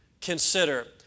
Consider